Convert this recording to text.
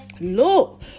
look